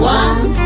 one